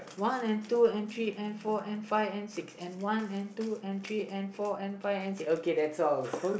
one and two and three and four and five and six and one and two and three and four and five and six okay that's all